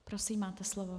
Prosím, máte slovo.